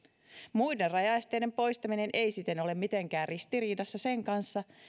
muiden rajaesteiden poistaminen ei siten ole mitenkään ristiriidassa sen kanssa